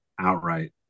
outright